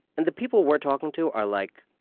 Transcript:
and the people we're talking to are like,